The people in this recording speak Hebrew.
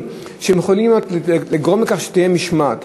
יש מספיק דברים שיכולים לגרום לכך שתהיה משמעת,